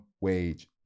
wage